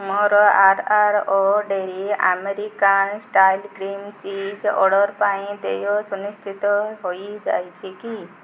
ମୋର R R ଓ dairy American style cream cheese order ପାଇଁ ଦେୟ ସୁନିଶ୍ଚିତ ହୋଇଯାଇଛି କି